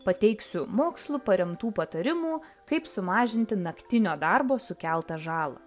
pateiksiu mokslu paremtų patarimų kaip sumažinti naktinio darbo sukeltą žalą